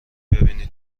ببینی